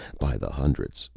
by the hundreds,